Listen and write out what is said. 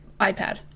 iPad